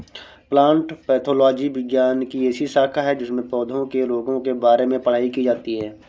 plant pathology विज्ञान की ऐसी शाखा है जिसमें पौधों के रोगों के बारे में पढ़ाई की जाती है